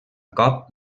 cop